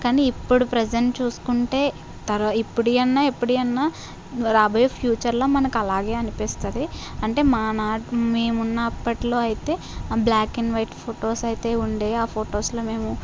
కానీ ఇప్పుడు ప్రజెంట్ చూసుకుంటే తర ఇప్పటివైనా ఎప్పటివైనా ఇంకా రాబోయే ఫ్యూచర్లో మనకు అలాగే అనిపిస్తుంది అంటే మా నాన్న మేమున్న అప్పట్లో అయితే ఆ బ్ల్యాక్ అండ్ వైట్ ఫొటోస్ అయితే ఉండేవి ఆ ఫొటోస్లో మేము